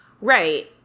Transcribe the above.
Right